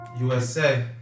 USA